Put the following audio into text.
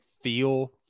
feel